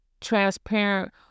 transparent